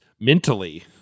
mentally